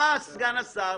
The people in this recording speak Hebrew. בא סגן השר